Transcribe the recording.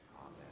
Amen